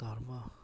धर्म